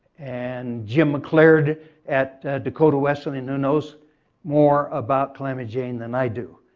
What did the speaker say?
and jim mclarid at dakota wesleyan who knows more about calamity jane than i do.